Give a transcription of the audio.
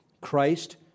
Christ